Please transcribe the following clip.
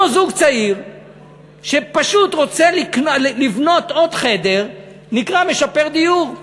אותו זוג צעיר שפשוט רוצה לבנות עוד חדר נקרא "משפר דיור".